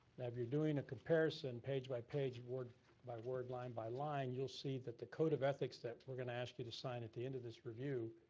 now if you're doing a comparison page by page, word by word, line by line, you'll see that the code of ethics that we're gonna ask you to sign at the end of this review,